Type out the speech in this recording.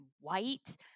white